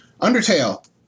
Undertale